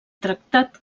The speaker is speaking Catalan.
tractat